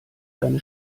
deine